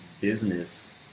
business